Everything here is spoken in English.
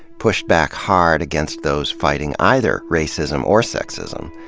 pushed back hard against those fighting either racism or sexism,